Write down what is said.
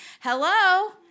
hello